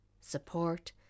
support